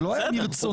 זה לא היה מרצונו.